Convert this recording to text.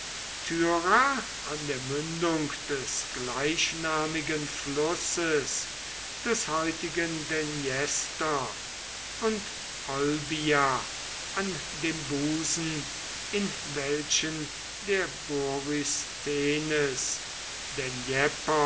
an der mündung des gleichnamigen flusses des heutigen dnjestr und olbia an dem busen in welchen der borysthenes